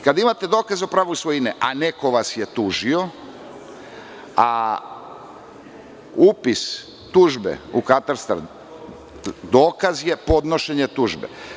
Kada imate dokaz o pravu svojine, a neko vas je tužio, a upis tužbe u katastar dokaz je podnošenje tužbe.